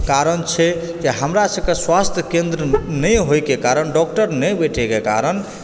कारण छै कि हमरा सभकेँ स्वास्थ्य केन्द्र नहि होएके कारण डॉक्टर नहि बैठेके कारण